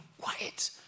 quiet